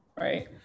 right